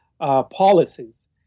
policies